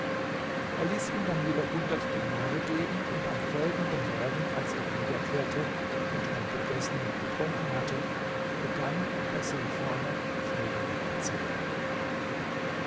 er ließ ihm dann wieder hundert dinare geben und am folgenden morgen als er wiederkehrte und man gegessen und getrunken hatte begann der seefahrer folgende erzählung